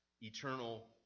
eternal